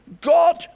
God